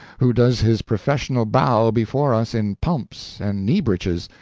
who does his professional bow before us in pumps and knee-breeches,